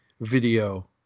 video